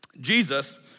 Jesus